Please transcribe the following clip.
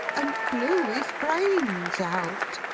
and blew his brains out.